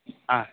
ஆ